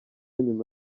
nyuma